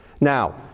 Now